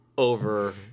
over